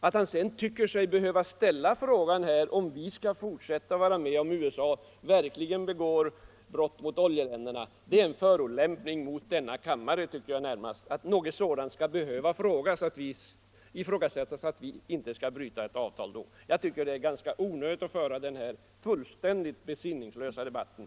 Att han sedan tycker sig behöva ställa frågan om vi skall fortsätta vara med i oljeklubben ifall USA verkligen begår brott mot oljeländerna är närmast en förolämpning mot denna kammare; att det liksom skall behöva ifrågasättas att vi inte skall bryta avtalet då. Jag tycker det är ganska onödigt att föra den här fullständigt besinningslösa debatten.